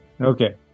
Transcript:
Okay